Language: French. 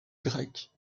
grecque